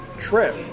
Trip